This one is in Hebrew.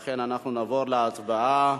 לכן נעבור להצבעה.